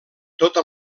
tota